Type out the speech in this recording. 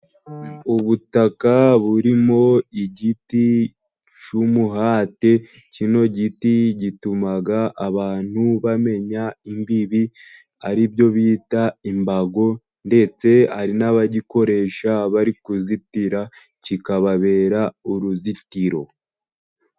Ubutaka burimo igiti cy'umuhate, kino giti gituma abantu bamenya imbibi, aribyo bita imbago, ndetse hari n'abagikoresha bari kuzitira, kikababera uruzitiro.